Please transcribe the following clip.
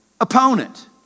opponent